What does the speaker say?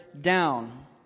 down